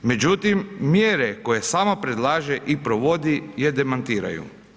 Međutim, mjere koje sama predlaže i provodi je demantiraju.